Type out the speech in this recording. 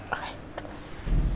ಆಯಿತು